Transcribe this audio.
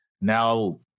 now